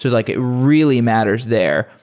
like it really matters there.